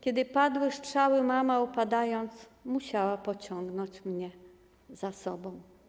Kiedy padły strzały, mama, upadając, musiała pociągnąć mnie za sobą.